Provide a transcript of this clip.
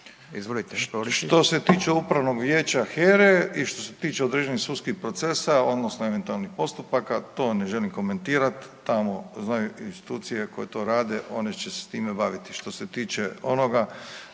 Ivo** Što se tiče upravnog vijeća HERA-e i što se tiče određenih sudskih procesa odnosno eventualnih postupaka to ne želim komentirat, tamo znaju institucije koje to rade, one će se s time baviti. Što se tiče onoga,